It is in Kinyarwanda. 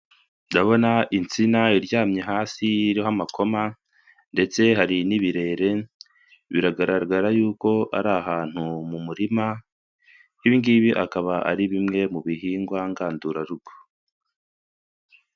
Ndabona insina iryamye hasi iriho amakoma ndetse hari n'ibirere, biragaragara y'uko ari ahantu mu murima ibi ngibi akaba ari bimwe mu bihingwa ngandurarugo.